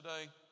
today